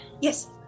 Yes